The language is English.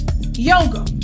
yoga